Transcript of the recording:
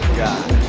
god